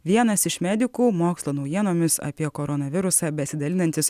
vienas iš medikų mokslo naujienomis apie koronavirusą besidalinantis